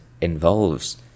involves